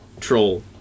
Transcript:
Troll